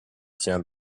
tient